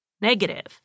negative